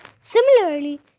Similarly